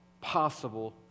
possible